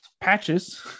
Patches